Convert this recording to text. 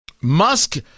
Musk